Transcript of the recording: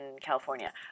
California